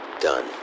Done